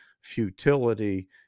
futility